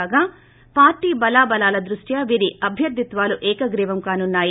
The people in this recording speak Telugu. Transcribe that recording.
కాగా పార్టీ బలాబలాల దృష్ట్యా వీరి అభ్యర్దిత్వాలు ఏకగ్రీవం కానున్నాయి